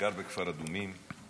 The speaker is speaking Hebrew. גר בכפר אדומים.